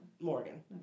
Morgan